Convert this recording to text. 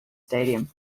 stadium